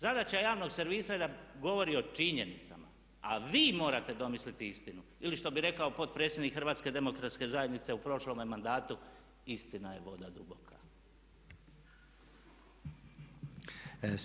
Zadaća javnog servisa je da govori o činjenicama a vi morate domisliti istinu ili što bi rekao potpredsjednik HDZ-a u prošlome mandatu istina je voda duboka.